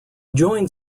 joined